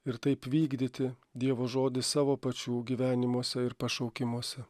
ir taip vykdyti dievo žodį savo pačių gyvenimuose ir pašaukimuose